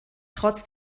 trotz